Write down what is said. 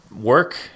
work